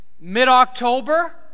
mid-October